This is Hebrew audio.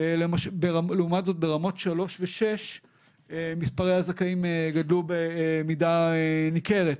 לעומת זאת ברמות 3 ו-6 מספרי הזכאים גדלו במידה ניכרת.